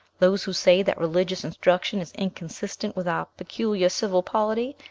those who say that religious instruction is inconsistent with our peculiar civil polity,